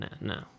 No